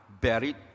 buried